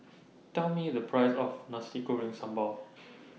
Tell Me The Price of Nasi Goreng Sambal